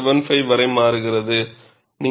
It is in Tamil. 75 வரை மாறுகிறது